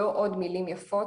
לא עוד מילים יפות,